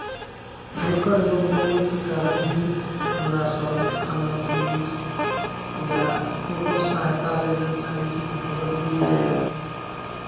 हुनकर योगदानक कारण ही हमरासभ थाना पुलिस या ककरो सहायता लय लेल चाहै छी तऽ तुरन्त मिल जाइए